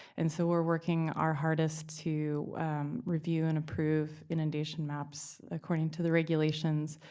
and so we're working our hardest to review and approve inundation maps according to the regulations.